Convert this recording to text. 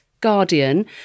Guardian –